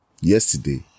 Yesterday